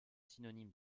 synonyme